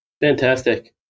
Fantastic